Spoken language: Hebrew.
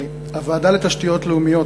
הוועדה לתשתיות לאומיות,